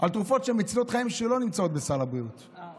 תרופות שמצילות חיים שלא נמצאות בסל התרופות.